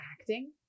acting